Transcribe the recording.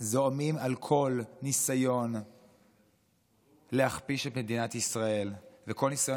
זועמים על כל ניסיון להכפיש את מדינת ישראל וכל ניסיון